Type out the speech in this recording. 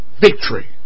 victory